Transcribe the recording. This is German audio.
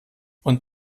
und